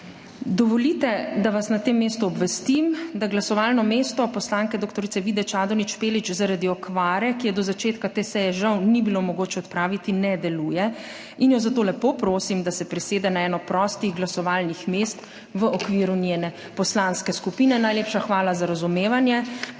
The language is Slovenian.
Dovolite, da vas na tem mestu obvestim, da glasovalno mesto poslanke dr. Vide Čadonič Špelič zaradi okvare, ki je do začetka te seje žal ni bilo mogoče odpraviti, ne deluje, zato jo lepo prosim, da se prisede na eno prostih glasovalnih mest v okviru njene poslanske skupine. Najlepša hvala za razumevanje,